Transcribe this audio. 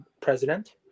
president